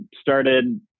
started